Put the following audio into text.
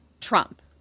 Trump